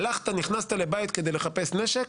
הלכת, נכנסת לבית כדי לחפש נשק,